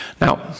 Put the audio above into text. Now